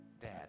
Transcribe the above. Dad